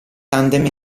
tandem